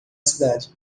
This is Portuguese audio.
cidade